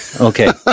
Okay